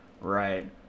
right